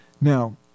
Now